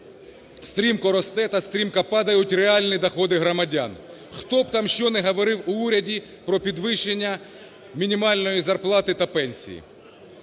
стрімко росте та стрімко падають реальні доходи громадян, хто б там, що не говорив у уряді про підвищення мінімальної зарплати та пенсії.